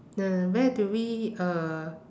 the where do we uh